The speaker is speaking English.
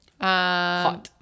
Hot